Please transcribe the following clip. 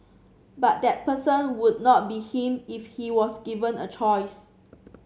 but that person would not be him if he was given a choice